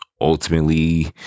ultimately